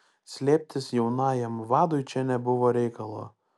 slėptis jaunajam vadui čia nebuvo reikalo